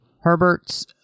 Herbert's